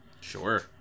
Sure